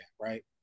right